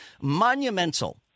monumental –